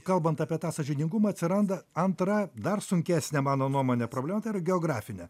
kalbant apie tą sąžiningumą atsiranda antra dar sunkesnė mano nuomone problema tai yra geografinė